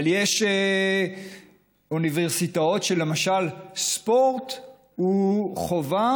אבל יש אוניברסיטאות שבהן למשל ספורט הוא חובה,